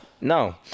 no